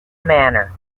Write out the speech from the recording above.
manner